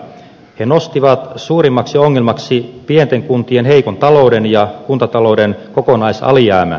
he nostivat suurimmaksi ongelmaksi pienten kuntien heikon talouden ja kuntatalouden kokonaisalijäämän